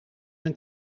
een